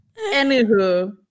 Anywho